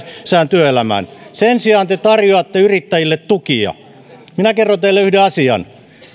sisään työelämään sen sijaan te tarjoatte yrittäjille tukia minä kerron teille yhden asian